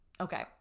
okay